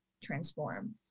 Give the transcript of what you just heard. Transform